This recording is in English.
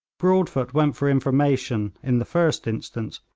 broadfoot went for information, in the first instance,